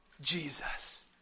Jesus